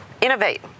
innovate